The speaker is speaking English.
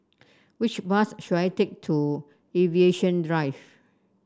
which bus should I take to Aviation Drive